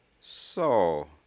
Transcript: So